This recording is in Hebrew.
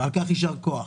ועל כך יישר כוח.